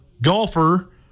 golfer